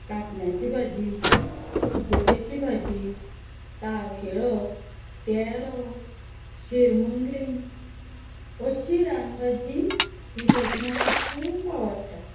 कातन्याची भाजी कुड्डुकेची भाजी ताळखिळो तेरो शिरमुंडली अशी रान भाजी ही भाजी म्हाका खूब आवडटा